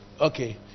okay